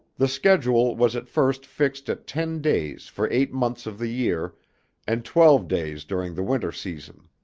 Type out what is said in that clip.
the schedule was at first fixed at ten days for eight months of the year and twelve days during the winter season,